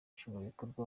nshingwabikorwa